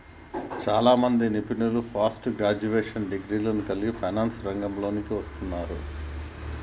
చాలామంది నిపుణులు soft graduation డిగ్రీలను కలిగి ఫైనాన్స్ రంగంలోకి వస్తున్నారు